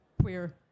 queer